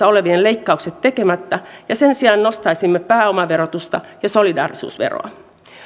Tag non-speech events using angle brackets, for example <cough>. <unintelligible> olevien leikkaukset tekemättä ja sen sijaan nostaisimme pääomaverotusta ja solidaarisuusveroa